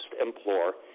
implore